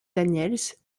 daniels